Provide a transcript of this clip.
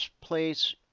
place